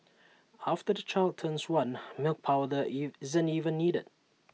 after the child turns one milk powder if isn't even needed